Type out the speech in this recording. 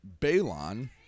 Balon